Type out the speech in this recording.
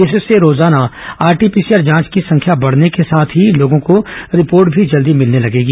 इससे रोजाना आरटीपीसीआर जांच की संख्या बढ़ने के साथ ही लोगों को रिपोर्ट भी जल्दी मिलने लगेगी